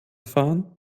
fahren